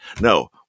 No